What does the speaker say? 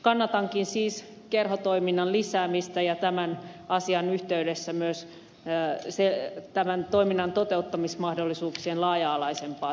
kannatankin siis kerhotoi minnan lisäämistä ja tämän asian yhteydessä myös tämän toiminnan toteuttamismahdollisuuksien laaja alaisempaa selvittämistä